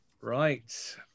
Right